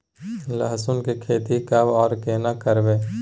लहसुन की खेती कब आर केना करबै?